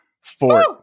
fort